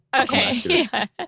Okay